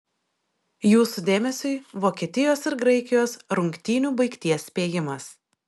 jūsų dėmesiui vokietijos ir graikijos rungtynių baigties spėjimas